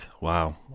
Wow